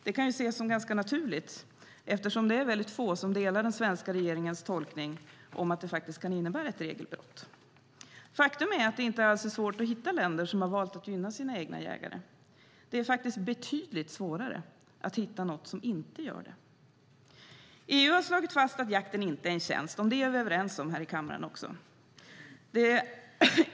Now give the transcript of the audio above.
Det kan ses som ganska naturligt eftersom det är få som delar den svenska regeringens tolkning att detta kan innebära ett regelbrott. Faktum är att det inte alls är svårt att hitta länder som har valt att gynna sina egna jägare. Det är svårare att hitta något land som inte gör det. EU har slagit fast att jakten inte är en tjänst; också om detta är vi överens här i kammaren.